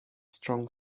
strong